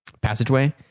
passageway